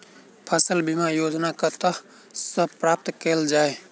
फसल बीमा योजना कतह सऽ प्राप्त कैल जाए?